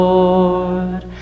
Lord